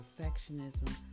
perfectionism